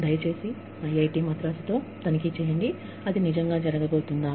దయచేసి ఐఐటి మద్రాసుతో తనిఖీ చేయండి అది నిజంగా జరగబోతుందా